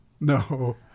No